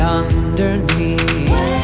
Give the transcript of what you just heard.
underneath